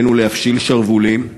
עלינו להפשיל שרוולים,